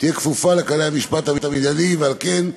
תהיה כפופה לכללי המשפט המינהלי, ועל כן,